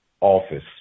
office